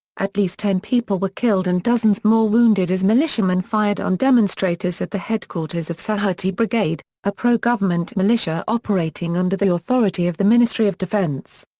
at least ten people were killed and dozens more wounded as militiamen fired on demonstrators at the headquarters of sahaty brigade, a pro-government militia operating under the authority of the ministry of defence.